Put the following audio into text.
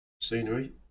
scenery